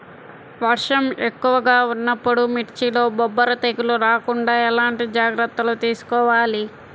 వర్షం ఎక్కువగా ఉన్నప్పుడు మిర్చిలో బొబ్బర తెగులు రాకుండా ఎలాంటి జాగ్రత్తలు తీసుకోవాలి?